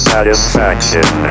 Satisfaction